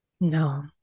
No